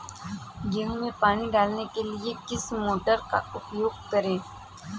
गेहूँ में पानी डालने के लिए किस मोटर का उपयोग करें?